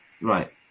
right